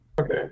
okay